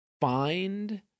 find